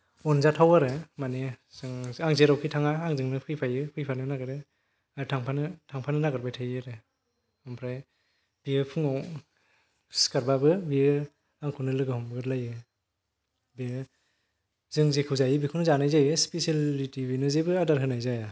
अनजाथाव आरो माने जों आं जेरायवखि थाङा आंजोंनो फैफायो फैफानो नागिरो आरो थांफानो थांफानो नागिरबाय थायो आरो ओमफ्राय बियो फुङाव सिखारबाबो बियो आंखौनो लोगो हमग्रोलायो बिदिनो जों जेखौ जायो बेखौनो जानाय जायो स्पेसियेलिटि बिनो जेबो आदार होनाय जाया